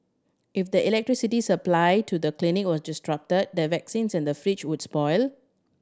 if the electricity supply to the clinic was disrupted the vaccines in the fridge would spoil